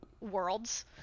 worlds